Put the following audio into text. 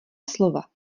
slova